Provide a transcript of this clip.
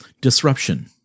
Disruption